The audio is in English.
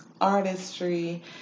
artistry